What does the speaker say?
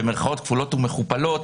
במירכאות כפולות ומכופלות,